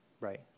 Right